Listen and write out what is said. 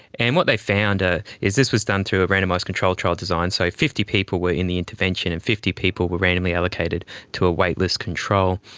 and what they found ah is, this was done through a randomised control trial design, so fifty people were in the intervention and fifty people were randomly allocated to a wait-list control.